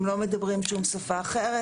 והם לא מדברים שום שפה אחרת.